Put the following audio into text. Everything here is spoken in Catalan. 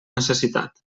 necessitat